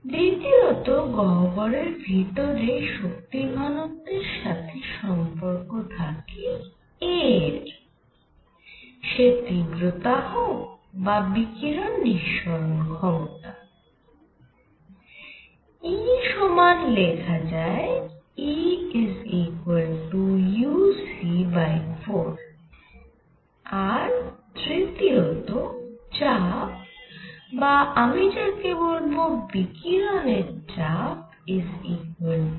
দ্বিতীয়ত গহ্বরের ভিতরে শক্তি ঘনত্বের সাথে সম্পর্ক থাকে a এর সে তীব্রতা হোক বা বিকিরণ নিঃসরণ ক্ষমতা E সমান লেখা যায় Euc4 আর তৃতীয়ত চাপ বা আমি যাকে বলব বিকিরণের চাপ u3